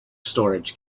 storage